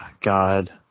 God